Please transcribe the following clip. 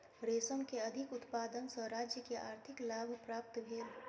रेशम के अधिक उत्पादन सॅ राज्य के आर्थिक लाभ प्राप्त भेल